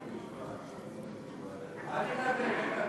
אל תתאפק.